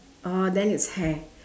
oh then it's hair